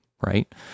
right